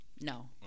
no